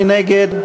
מי נגד?